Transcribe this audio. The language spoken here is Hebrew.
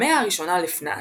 במאה הראשונה לפנה"ס,